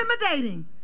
intimidating